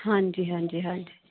ਹਾਂਜੀ ਹਾਂਜੀ ਹਾਂਜੀ